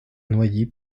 noyers